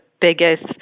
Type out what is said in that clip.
biggest